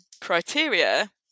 criteria